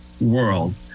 world